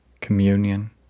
communion